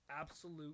absolute